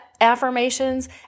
affirmations